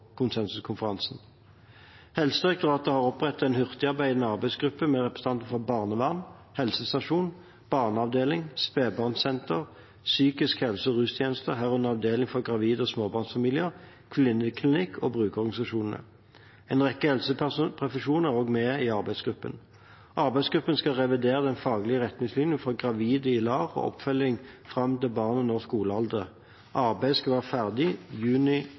har opprettet en hurtigarbeidende arbeidsgruppe med representanter fra barnevern, helsestasjon, barneavdeling, spedbarnssenter, psykisk helse- og rustjenester – herunder avdeling for gravide og småbarnsfamilier, kvinneklinikk og brukerorganisasjoner. En rekke helseprofesjoner er også med i arbeidsgruppen. Arbeidsgruppen skal revidere den faglige retningslinjen for gravide i LAR og oppfølging fram til barnet når skolealder. Arbeidet skal være ferdig i juni